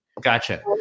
Gotcha